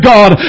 God